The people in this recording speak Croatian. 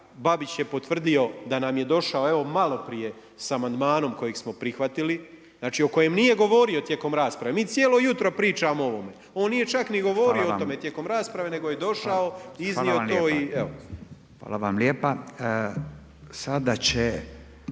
Babić je potvrdio da nam je došao evo maloprije sa amandmanom kojeg smo prihvatili. Znači o kojem nije govorio tijekom rasprave, mi cijelo jutro pričamo o ovome, on nije čak ni govorio o tome tijekom rasprave, nego je došao, iznio to i evo. **Radin,